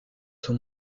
son